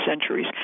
centuries